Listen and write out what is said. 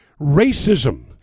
racism